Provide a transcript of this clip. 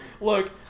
Look